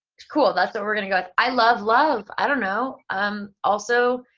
cool, that's what we're going to go with. i love love. i don't know. um also,